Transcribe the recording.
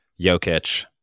Jokic